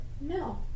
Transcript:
No